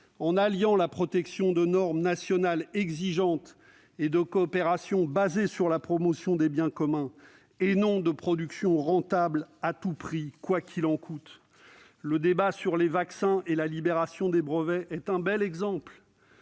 en alliant la protection de normes nationales exigeantes et de coopérations fondées sur la promotion de biens communs, et non de productions rentables à tout prix, quoi qu'il en coûte. Le débat sur les vaccins et la libération des brevets en est un bel exemple.